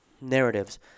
narratives